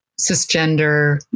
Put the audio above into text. cisgender